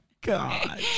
God